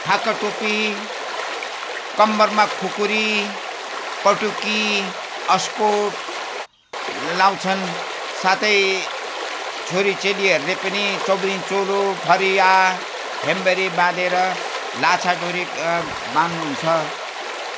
ढाका टोपी कम्मरमा खुकुरी पटुकी इस्टकोट लगाउँछन् साथै छोरीचेलीहरूले पनि चौबन्दी चोलो फरिया हेम्मरी बाँधेर लाछा डोरी बाँध्नुहुन्छ